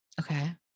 Okay